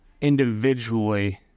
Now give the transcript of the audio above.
individually